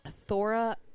Thora